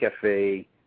Cafe